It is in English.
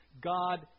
God